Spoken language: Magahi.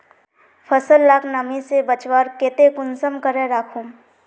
फसल लाक नमी से बचवार केते कुंसम करे राखुम?